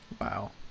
Wow